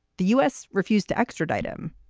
the u s. refused to extradite him.